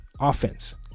offense